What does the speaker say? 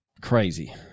crazy